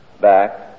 back